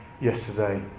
yesterday